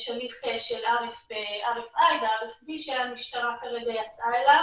יש הליך של RFI ו-RFP שהמשטרה כרגע יצאה אליו